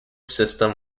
system